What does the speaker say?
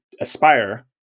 Aspire